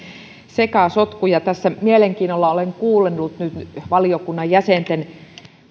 sekasotku tässä mielenkiinnolla olen nyt kuunnellut valiokunnan jäsenten